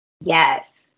Yes